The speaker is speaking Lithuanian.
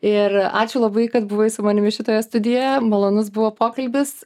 ir ačiū labai kad buvai su manimi šitoje studijoje malonus buvo pokalbis